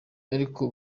ariko